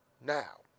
Now